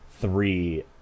three